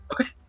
Okay